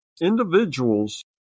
individuals